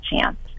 chance